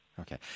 Okay